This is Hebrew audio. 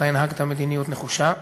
הנהגת מדיניות נחושה,